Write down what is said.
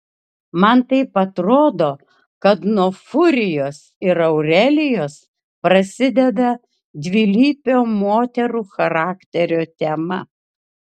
man taip pat atrodo kad nuo furijos ir aurelijos prasideda dvilypio moterų charakterio tema